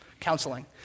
counseling